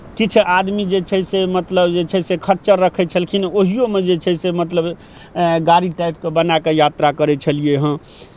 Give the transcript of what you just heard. किछु आदमी जे छै से मतलब जे छै से खच्चर रखै छलखिन हँ ओहिओमे जे छै से मतलब गाड़ी टाइपके बनाए कऽ यात्रा करै छलियै हँ